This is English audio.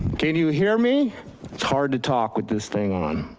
can you hear me? it's hard to talk with this thing on.